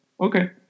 okay